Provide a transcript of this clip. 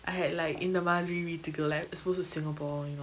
I had like இந்தமாதிரி வீட்டுக்கெல்லா:inthamathiri veettukella show to singapore you know